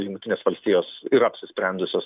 jungtinės valstijos yra apsisprendusios